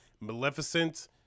Maleficent